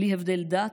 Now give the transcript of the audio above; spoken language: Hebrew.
בלי הבדל דת,